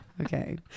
Okay